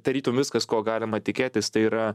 tarytum viskas ko galima tikėtis tai yra